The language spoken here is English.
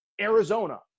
Arizona